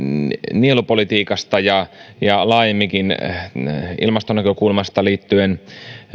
nielupolitiikasta ja ja laajemminkin ilmastonäkökulmasta liittyen